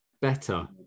Better